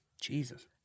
Jesus